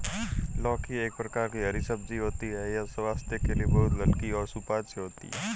लौकी एक प्रकार की हरी सब्जी होती है यह स्वास्थ्य के लिए बहुत हल्की और सुपाच्य होती है